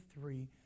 three